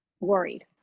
Worried